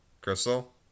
Crystal